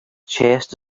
chest